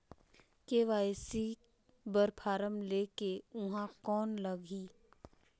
KYC बर form ले के ऊहां कौन लगही?